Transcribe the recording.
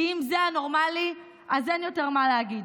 כי אם זה הנורמלי אז אין יותר מה להגיד.